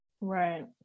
Right